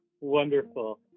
Wonderful